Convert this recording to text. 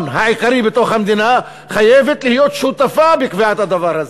העיקרי במדינה חייבת להיות שותפה בקביעת הדבר הזה.